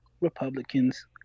Republicans